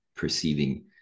perceiving